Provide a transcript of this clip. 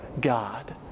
God